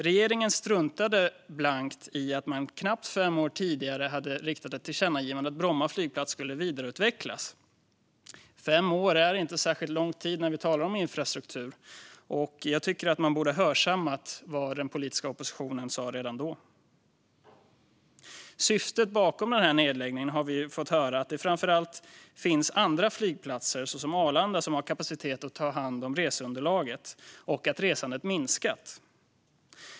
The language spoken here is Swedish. Regeringen struntade blankt i att det knappt fem år tidigare hade gjorts ett tillkännagivande om att Bromma flygplats skulle vidareutvecklas. Fem år är inte särskilt lång tid när vi talar om infrastruktur, och jag tycker att man borde ha hörsammat vad den politiska oppositionen sa redan då. När det gäller syftet bakom denna nedläggning har vi fått höra att det framför allt finns andra flygplatser såsom Arlanda som har kapacitet att ta hand om resandeunderlaget och att resandet minskat.